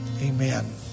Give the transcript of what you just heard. Amen